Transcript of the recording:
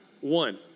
One